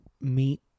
meet